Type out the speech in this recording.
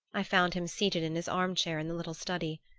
i found him seated in his arm-chair in the little study.